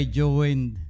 joined